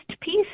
piece